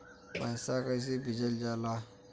पैसा कैसे भेजल जाला?